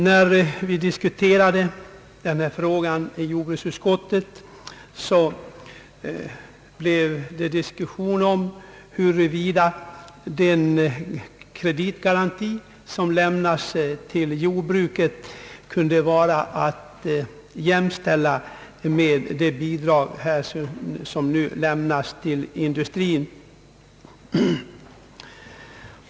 När vi behandlade det här ärendet i jordbruksutskottet blev det diskussion i frågan huruvida den kreditgaranti som lämnas till jordbruket kunde vara att jämställa med det bidrag som nu lämnas till industrin.